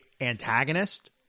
antagonist